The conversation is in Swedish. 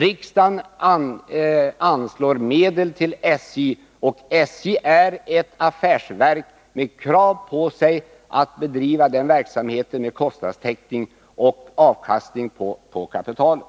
Riksdagen anslår medel till SJ, och SJ är ett affärsverk med krav på sig att bedriva verksamheten med kostnadstäckning och avkastning på kapitalet.